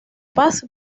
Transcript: paz